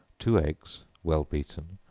two eggs, well beaten,